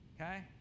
Okay